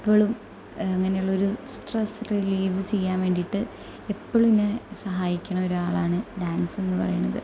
എപ്പോഴും ഇങ്ങനെയുള്ളൊരു stress relieve ചെയ്യാൻ വേണ്ടിയിട്ട് എപ്പോഴും എന്നെ സഹായിക്കുന്ന ഒരാളാണ് ഡാൻസ് എന്നു പറയണത്